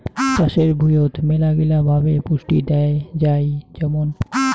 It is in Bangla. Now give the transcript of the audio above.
চাষের ভুঁইয়ত মেলাগিলা ভাবে পুষ্টি দেয়া যাই যেমন জৈব পদার্থ দিয়ে